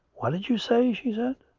what did you say? she said.